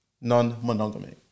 Non-monogamy